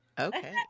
okay